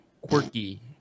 quirky